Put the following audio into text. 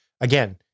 again